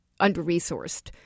under-resourced